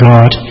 God